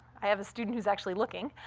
i have a student who's actually looking.